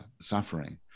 suffering